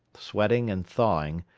sweating and thawing,